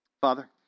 Father